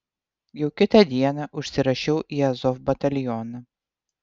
jau kitą dieną užsirašiau į azov batalioną